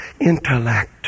intellect